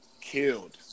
killed